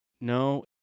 No